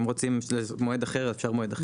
אם רוצים למועד אחר אפשר מועד אחר.